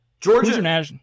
Georgia